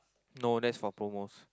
no that's for promos